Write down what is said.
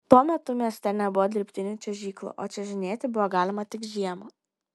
tuo metu mieste nebuvo dirbtinų čiuožyklų o čiuožinėti buvo galima tik žiemą